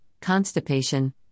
constipation